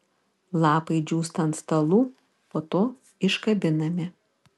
lapai džiūsta ant stalų po to iškabinami